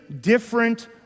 different